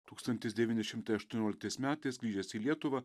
tūkstantis devyni šimtai aštuonioliktais metais grįžęs į lietuvą